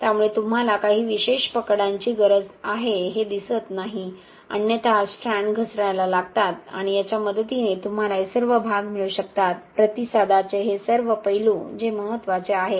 त्यामुळे तुम्हाला काही विशेष पकडांची गरज आहे हे दिसत नाही अन्यथा स्ट्रँड घसरायला लागतात आणि याच्या मदतीने तुम्हाला हे सर्व भाग मिळू शकतात प्रतिसादाचे हे सर्व पैलू जे महत्त्वाचे आहेत